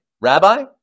Rabbi